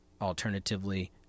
alternatively